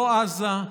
לא עזה,